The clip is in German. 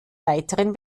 weiteren